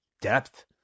depth